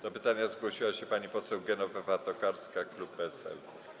Do pytania zgłosiła się pani poseł Genowefa Tokarska, klub PSL.